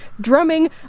drumming